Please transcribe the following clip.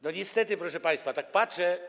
Niestety, proszę państwa, tak patrzę.